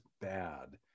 bad